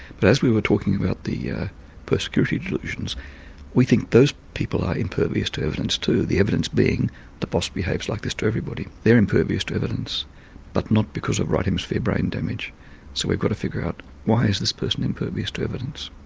but as we were talking about the persecution delusions we think those people are impervious to evidence too, the evidence being the boss behaves like this to everybody. they are impervious to evidence but not because of right hemisphere brain damage so we've got to figure out why is this person impervious to evidence?